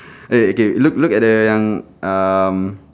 eh okay look look at the yang um